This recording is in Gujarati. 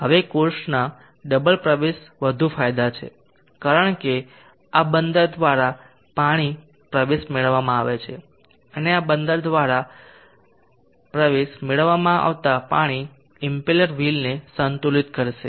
હવે કોર્સના ડબલ પ્રવેશ વધુ ફાયદા છે કારણ કે આ બંદર દ્વારા પાણી પ્રવેશ મેળવવામાં આવે છે અને આ બંદર દ્વારા પ્રવેશ મેળવવામાં આવતા પાણી ઈમ્પેલ્લર વ્હીલને સંતુલિત કરશે